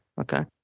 okay